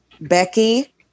Becky